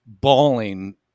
bawling